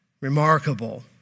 Remarkable